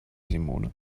simone